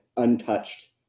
untouched